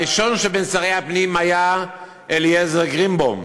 הראשון בין שרי הפנים היה אליעזר גרינבוים,